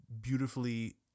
beautifully